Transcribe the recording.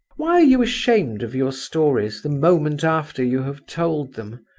why are you ashamed of your stories the moment after you have told them?